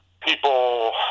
people